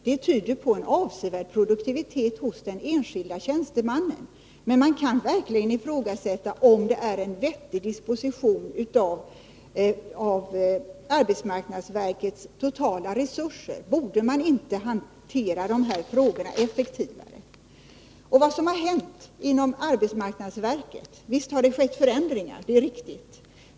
Det tyder på en avsevärd produktivitet hos den enskilde tjänstemannen. Men man kan verkligen ifrågasätta om det är en vettig disposition av arbetsmarknadsverkets totala resurser. Borde man inte hantera dessa frågor effektivare? Och vad har hänt inom arbetsmarknadsverket? Visst har det skett förändringar, det är riktigt.